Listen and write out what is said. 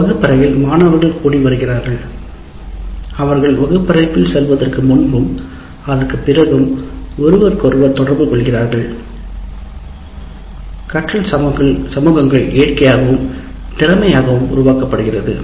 வகுப்பறையில் மாணவர்கள் கூடிவருகிறார்கள் அவர்கள் வகுப்பறைக்குள் செல்வதற்கு முன்பும் அதற்குப் பிறகும் ஒருவருக்கொருவர் தொடர்பு கொள்கிறார்கள் கற்றல் சமூகங்கள் இயற்கையாகவும் திறமையாகவும் உருவாக்கப்படுகிறது